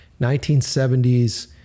1970s